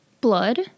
Blood